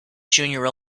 junior